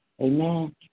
amen